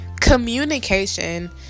communication